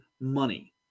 money